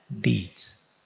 deeds